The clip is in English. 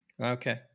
Okay